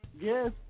Yes